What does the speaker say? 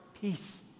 peace